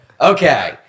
Okay